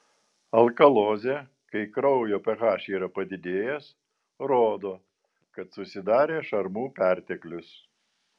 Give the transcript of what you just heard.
alkalozė kai kraujo ph yra padidėjęs rodo kad susidarė šarmų perteklius